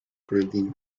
breeding